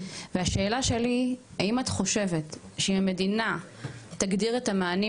והשאלה שלי האם את חושבת שהמדינה תגדיר את המענים,